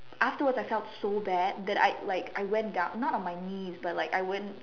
afterwards I felt so bad that I like I went down not on my knees but like I went